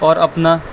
اور اپنا